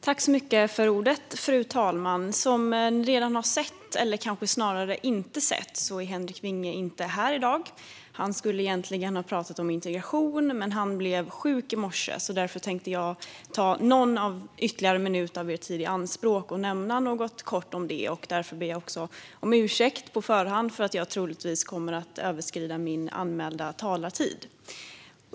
Fru talman! Som alla här inne redan har sett - eller kanske snarare inte sett - är Henrik Vinge inte här i dag. Han skulle egentligen ha talat om integration, men han blev sjuk i morse. Därför tänkte jag ta någon ytterligare minut av kammarens tid i anspråk och nämna något kort om det. Därför ber jag också om ursäkt på förhand för att jag troligtvis kommer att överskrida min anmälda talartid.